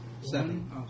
seven